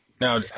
now